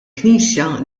knisja